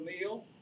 meal